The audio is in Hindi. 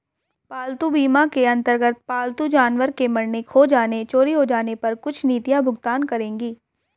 पालतू बीमा के अंतर्गत पालतू जानवर के मरने, खो जाने, चोरी हो जाने पर कुछ नीतियां भुगतान करेंगी